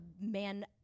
man